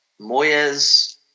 Moyes